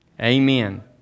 amen